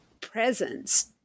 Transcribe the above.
presence